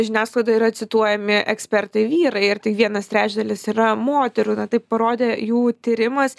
žiniasklaidoj yra cituojami ekspertai vyrai ir tik vienas trečdalis yra moterų taip parodė jų tyrimas